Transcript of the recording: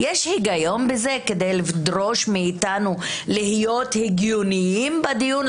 יש היגיון בזה כדי לדרוש מאיתנו להיות הגיוניים בדיון?